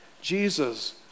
Jesus